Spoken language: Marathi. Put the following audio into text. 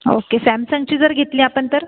ओके सॅमसंगची जर घेतली आपण तर